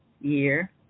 year